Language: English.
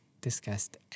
discussed